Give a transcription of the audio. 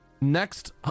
next